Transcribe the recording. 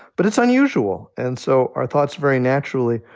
but it's unusual. and so our thoughts, very naturally,